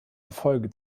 erfolge